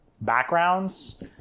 backgrounds